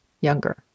younger